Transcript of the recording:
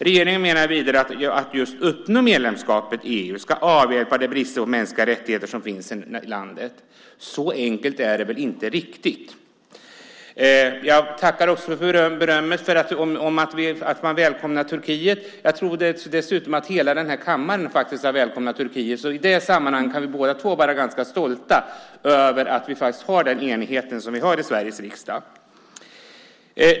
Regeringen menar vidare att just uppnå medlemskapet i EU ska avhjälpa de brister i mänskliga rättigheter som finns i landet. Så enkelt är det väl inte riktigt. Jag tackar också för berömmet för att man välkomnar Turkiet. Jag tror dessutom att hela den här kammaren faktiskt har välkomnat Turkiet, så i det sammanhanget kan vi båda två vara ganska stolta över att vi har den enighet som vi har i Sveriges riksdag.